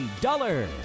Dollar